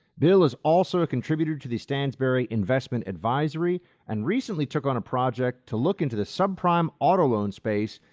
bill is also a contributor to the stansberry investment advisory and recently took on a project to look into the subprime auto loan space.